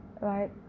right